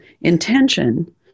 intention